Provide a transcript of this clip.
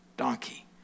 Donkey